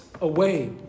away